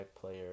player